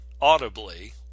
audibly